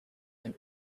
and